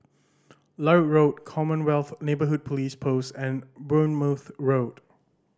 Larut Road Commonwealth Neighbourhood Police Post and Bournemouth Road